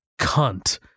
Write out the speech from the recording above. cunt